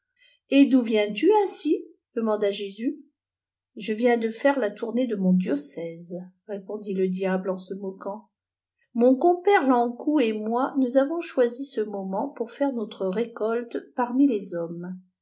et d où viens-tu ainsi demanda jésus je viens de faire la tournée de mon diocèse répondit le diable en se moquanu mon compère vankou et moi nous avons choisi ce moment pour faire notre récolte parmi les hommes